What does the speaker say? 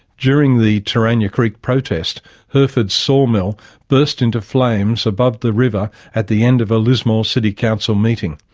during the terania creek protest hurford's sawmill burst into flames above the river at the end of a lismore city council meeting.